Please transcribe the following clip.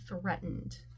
threatened